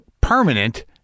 permanent